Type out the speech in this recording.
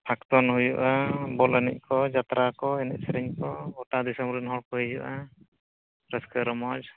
function ᱦᱩᱭᱩᱜᱼᱟ ᱵᱚᱞ ᱮᱱᱮᱡᱠᱚ ᱡᱟᱛᱨᱟᱠᱚ ᱮᱱᱮᱡᱼᱥᱮᱨᱮᱧᱠᱚ ᱜᱚᱴᱟ ᱫᱤᱥᱚᱢᱨᱮᱱ ᱦᱚᱲᱠᱚ ᱦᱤᱡᱩᱜᱼᱟ ᱨᱟᱹᱥᱠᱟᱹ ᱨᱚᱢᱚᱡᱽ